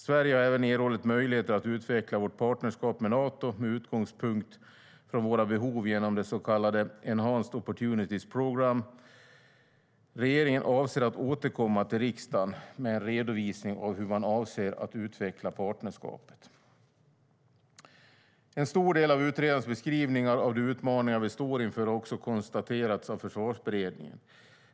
Sverige har även erhållit möjligheter att utveckla vårt partnerskap med Nato med utgångspunkt i våra behov genom det så kallade Enhanced Opportunities Programme. Regeringen avser att återkomma till riksdagen med en redovisning av hur man avser att utveckla partnerskapet. En stor del av utredarens beskrivningar av de utmaningar vi står inför har också konstaterats av Försvarsberedningen.